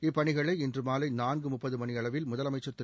இப்பணிகளை இன்று மாலை நான்கு முப்பது மணியளவில் முதலமைச்சள் திரு